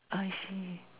I see